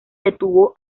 detuvo